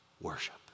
worship